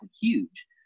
huge